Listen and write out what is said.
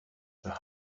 the